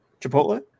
Chipotle